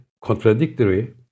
contradictory